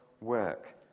work